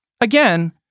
again